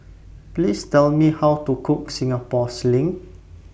Please Tell Me How to Cook Singapore Sling